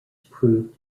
proved